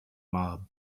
mob